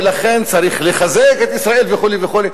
ולכן צריך לחזק את ישראל וכו' וכו'.